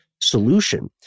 solution